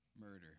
murder